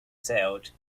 sailed